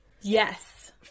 Yes